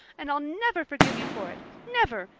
and i'll never forgive you for it, never,